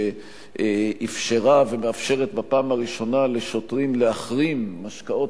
שאפשרה ומאפשרת בפעם הראשונה לשוטרים להחרים משקאות